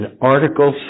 article